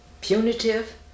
punitive